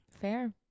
Fair